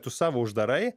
tu savo uždarai